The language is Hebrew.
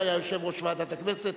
שהיה יושב-ראש ועדת הכנסת,